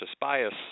bias